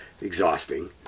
exhausting